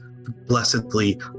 blessedly